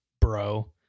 bro